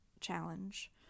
challenge